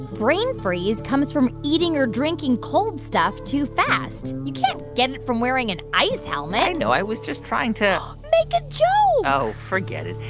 brain freeze comes from eating or drinking cold stuff too fast. you can't get it from wearing an ice helmet i know. i was just trying to. make a joke oh, forget it.